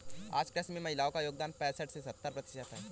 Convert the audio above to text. आज कृषि में महिलाओ का योगदान पैसठ से सत्तर प्रतिशत है